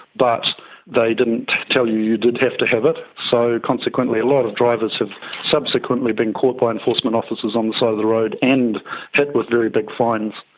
but they didn't tell you you did have to have it. so consequently a lot of drivers have subsequently been caught by enforcement officers on the side of the road and hit with very big fines,